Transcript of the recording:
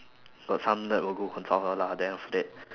got some nerd will go consult her lah then after that